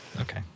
Okay